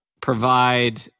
provide